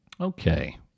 Okay